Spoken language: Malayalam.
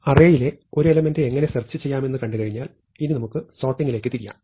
അറേയിലെ ഒരു എലെമെന്റ് എങ്ങനെ സെർച്ച് ചെയ്യാമെന്ന് കണ്ടുകഴിഞ്ഞാൽ ഇപ്പോൾ നമുക്ക് സോർട്ടിംഗിലേക്ക് തിരിയാം